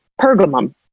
pergamum